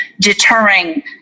deterring